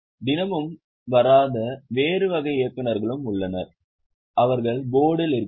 தினமும் வராத வேறு வகை இயக்குநர்களும் உள்ளனர் அவர்கள் போர்டில் இருக்கிறார்கள்